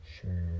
Sure